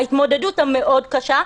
ההתמודדות המאוד קשה,